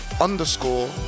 underscore